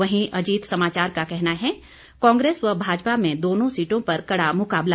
वहीं अजीत समाचार का कहना है कांग्रेस व भाजपा में दोनों सीटों पर कड़ा मुकाबला